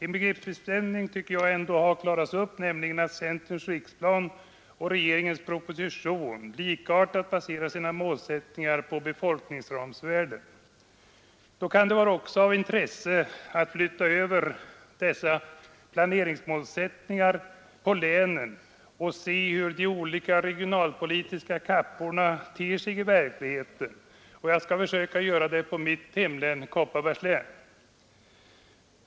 En begreppsbestämning tycker jag ändå har klarats upp, nämligen att centerns riksplan och regeringens proposition likartat baserar sina målsättningar på befolkningsramsvärden. Men det har också intresse att flytta över dessa planeringsmålsättningar på länen och se hur de olika regionalpolitiska kapporna ter sig i verkligheten. Jag skall försöka göra det på mitt hemlän, Kopparbergs län.